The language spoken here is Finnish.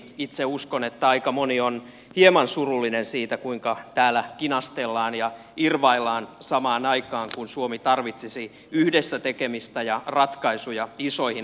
itse uskon että aika moni on hieman surullinen siitä kuinka täällä kinastellaan ja irvaillaan samaan aikaan kun suomi tarvitsisi yhdessä tekemistä ja ratkaisuja isoihin asioihin